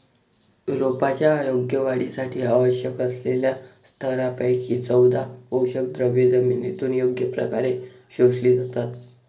रोपांच्या योग्य वाढीसाठी आवश्यक असलेल्या सतरापैकी चौदा पोषकद्रव्ये जमिनीतून योग्य प्रकारे शोषली जातात